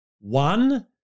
One